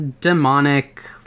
demonic